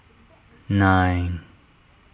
nine